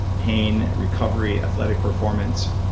pain, recovery, athletic performance,